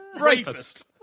Rapist